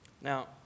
Now